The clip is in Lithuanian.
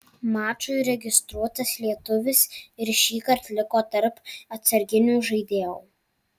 mačui registruotas lietuvis ir šįkart liko tarp atsarginių žaidėjų